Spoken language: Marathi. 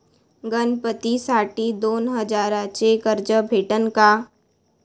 गणपतीसाठी दोन हजाराचे कर्ज भेटन का?